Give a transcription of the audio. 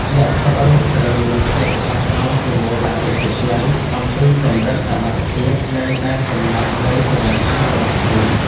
អ្នកថតរូបត្រូវមានភាពស្មោះត្រង់ជាមួយអតិថិជន អំពីកម្រិតសមត្ថភាព និងដែនកំណត់នៃសេវាកម្មរបស់ខ្លួន។